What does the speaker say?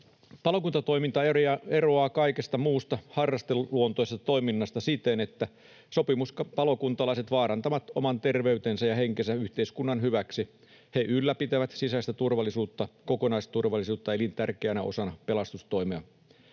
Palokuntatoiminta eroaa kaikesta muusta harrasteluluontoisesta toiminnasta siten, että sopimuspalokuntalaiset vaarantavat oman terveytensä ja henkensä yhteiskunnan hyväksi. He ylläpitävät sisäistä turvallisuutta, kokonaisturvallisuutta elintärkeänä osana pelastustoimea.